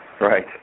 Right